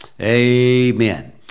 Amen